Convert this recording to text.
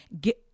get